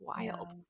wild